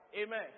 Amen